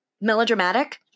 melodramatic